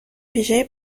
ویژهی